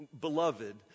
beloved